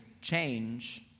change